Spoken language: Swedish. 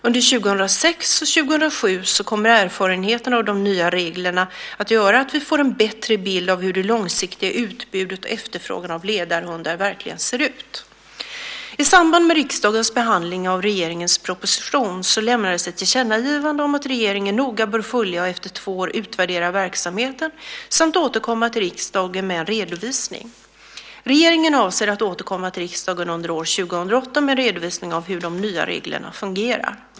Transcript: Under år 2006 och 2007 kommer erfarenheterna av de nya reglerna att göra att vi får en bättre bild av hur det långsiktiga utbudet och efterfrågan av ledarhundar verkligen ser ut. I samband med riksdagens behandling av regeringens proposition lämnades ett tillkännagivande om att regeringen noga bör följa och efter två år utvärdera verksamheten samt återkomma till riksdagen med en redovisning. Regeringen avser att återkomma till riksdagen under år 2008 med en redovisning av hur de nya reglerna fungerar.